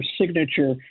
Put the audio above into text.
signature